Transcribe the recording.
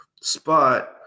spot